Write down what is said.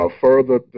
further